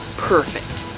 perfect!